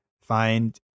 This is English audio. find